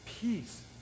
peace